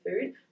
food